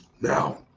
Now